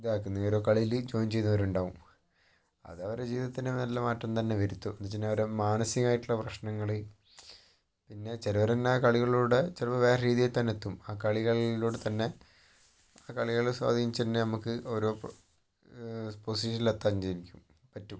ഇതാക്കുന്നു ഓരോ കളില് ജോയിൻ ചെയ്തവരുണ്ടാകും അത് അവരുടെ ജീവിതത്തിന് നല്ല മാറ്റം തന്നെ വരുത്തും എന്നുവെച്ചുകഴിഞ്ഞാൽ അവരെ മാനസികമായിട്ടുള്ള പ്രശ്നങ്ങൾ പിന്നെ ചിലർ തന്നെ കളികളിലൂടെ ചിലർ വേറെ രീതിയിൽ തന്നെ എത്തും ആ കളികളിലൂടെത്തന്നെ ആ കളികൾ സ്വാധീനിച്ചു തന്നെ നമുക്ക് ഓരോ പൊസിഷനിൽ എത്താൻ പറ്റും